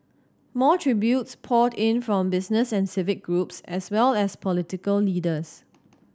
more tributes poured in from business and civic groups as well as political leaders